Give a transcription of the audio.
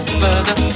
further